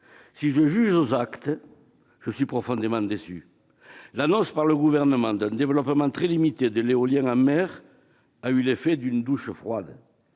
Si je juge les actes, je suis profondément déçu. L'annonce par le Gouvernement d'un développement très limité de l'éolien en mer a eu l'effet d'une douche froide.